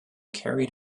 carried